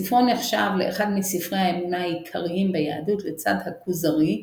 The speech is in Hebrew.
ספרו נחשב לאחד מספרי האמונה העיקריים ביהדות לצד הכוזרי,